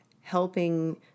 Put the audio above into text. Helping